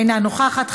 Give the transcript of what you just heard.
אינה נוכחת,